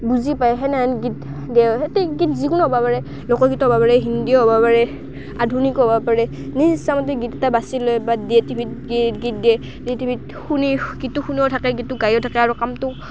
বুজি পায় সেনেহেন গীত সৈতে গীত যিকোনো হ'ব পাৰে লোকগীতো হ'ব পাৰে হিন্দীও হ'ব পাৰে আধুনিকো হ'ব পাৰে নিজ ইচ্ছামতে গীত এটা বাছি লৈ বা দিয়ে টিভিত গীত দিয়ে দি টিভিত শুনি গীতটো শুনিও থাকে গীতটো গায়ো থাকে আৰু কামটো